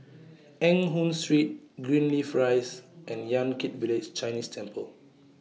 Eng Hoon Street Greenleaf Rise and Yan Kit Village Chinese Temple